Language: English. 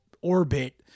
orbit